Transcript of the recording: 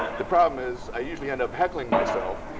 the problem is i usually end up heckling myself.